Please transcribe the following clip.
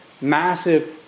massive